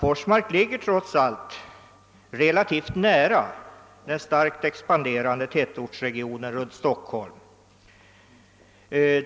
Forsmark ligger ju ändå relativt nära den starkt expanderande tätortsregionen runt Stockholm.